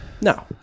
No